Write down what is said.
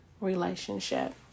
relationship